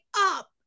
up